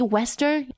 Western